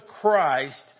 Christ